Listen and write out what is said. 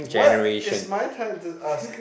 what it's my turn to ask